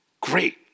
great